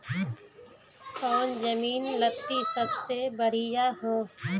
कौन जमीन लत्ती सब्जी बढ़िया हों?